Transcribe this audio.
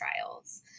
trials